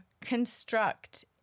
construct